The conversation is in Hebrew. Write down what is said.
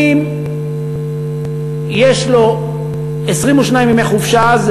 אם יש לו 22 ימי חופשה,